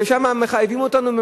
ושם מחייבים אותנו,